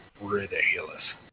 ridiculous